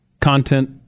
content